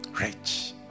rich